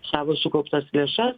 savo sukauptas lėšas